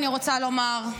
אני רוצה לומר,